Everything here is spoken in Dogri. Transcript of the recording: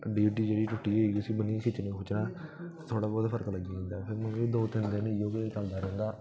फिर हड्डी हुड्डी जेह्ड़ी टुटी दी होग उसी ब'न्नियै खिच्चना खुच्चना थोह्ड़ा बहोत फरक लग्गी जंदा फिर दो तिन्न दिन इ'यां गै चलदा रौहंदा